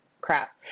crap